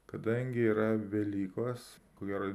kadangi yra velykos ko gero